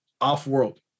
off-world